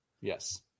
Yes